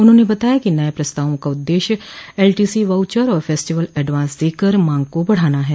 उन्होंने बताया कि नये प्रस्तावों का उद्देश्य एलटीसी वाउचर और फेस्टिवल एडवांस देकर मांग को बढाना है